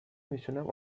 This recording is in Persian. میتونم